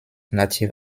native